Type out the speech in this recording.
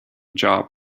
job